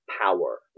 power